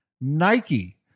Nike